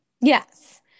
Yes